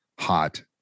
hot